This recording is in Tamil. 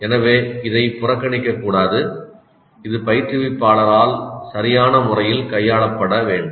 எனவே இதை புறக்கணிக்கக்கூடாது இது பயிற்றுவிப்பாளரால் சரியான முறையில் கையாளப்பட வேண்டும்